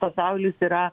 pasaulis yra